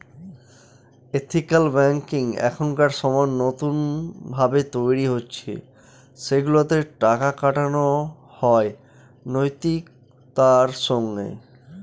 ethical banking এখনকার সময় নতুন ভাবে তৈরী হচ্ছে সেগুলাতে টাকা খাটানো হয় নৈতিকতার সঙ্গে